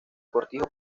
cortijo